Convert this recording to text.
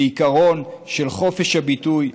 בעיקרון של חופש הביטוי,